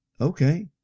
Okay